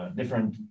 different